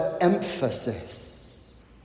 emphasis